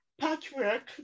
patchwork